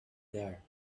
there